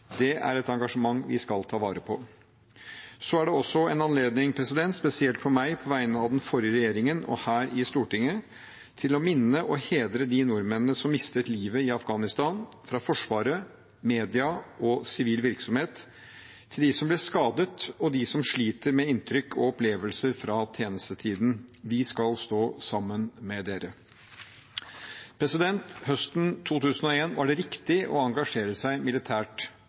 Det er et engasjement vi skal ta vare på. Så er dette også en anledning, spesielt for meg på vegne av den forrige regjeringen og her i Stortinget, til å minne og hedre de nordmennene som mistet livet i Afghanistan, fra Forsvaret, media og sivil virksomhet – de som ble skadet, og de som sliter med inntrykk og opplevelser fra tjenestetiden. Vi skal stå sammen med dere. Høsten 2001 var det riktig å engasjere seg militært